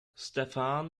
stefan